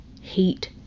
hate